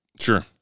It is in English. Sure